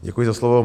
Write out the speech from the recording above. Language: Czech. Děkuji za slovo.